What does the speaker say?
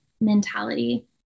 mentality